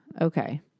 Okay